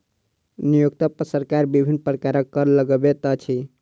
नियोक्ता पर सरकार विभिन्न प्रकारक कर लगबैत अछि